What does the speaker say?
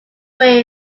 way